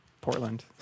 Portland